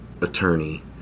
attorney